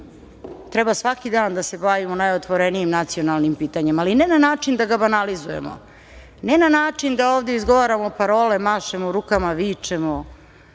treba svaki dan da se bavimo najotvorenijim nacionalnim pitanjem, ali ne na način da ga banalizujemo, ne na način da ovde izgovaramo parole, mašemo rukama parole